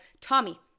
Tommy